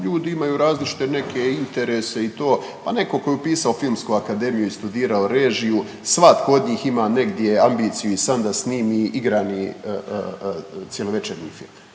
ljudi imaju različite neke interese i to. Pa netko tko je upisao filmsku akademiju i studirao režiju svatko od njih ima negdje ambiciju i san da snimi igrani cjelovečernji film.